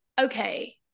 okay